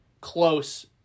close